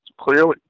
clearly